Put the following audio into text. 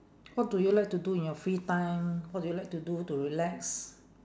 what do you like to do in your free time what do you like to do to relax